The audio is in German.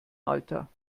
alter